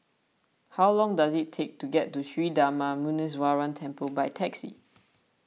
how long does it take to get to Sri Darma Muneeswaran Temple by taxi